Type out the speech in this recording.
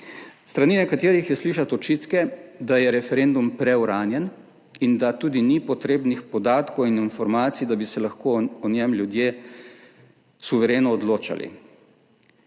strani nekaterih je slišati očitke, da je referendum preuranjen in da tudi ni potrebnih podatkov in informacij, da bi se lahko o njem ljudje suvereno odločali.